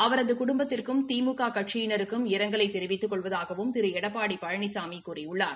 அவரது குடும்பத்திற்கும் திமுக கட்சியினருக்கும் இரங்கலை தெரிவித்துக் கொள்வதாகவும் திரு எடப்பாடி பழனிசாமி கூறியுள்ளார்